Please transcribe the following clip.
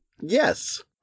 Yes